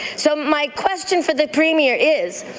so my question for the premier is,